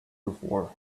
before